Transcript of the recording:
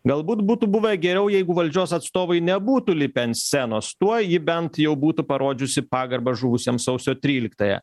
galbūt būtų buvę geriau jeigu valdžios atstovai nebūtų lipę ant scenos tuo ji bent jau būtų parodžiusi pagarbą žuvusiems sausio tryliktąją